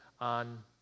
on